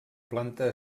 planta